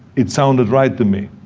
it sounded right to me.